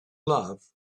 love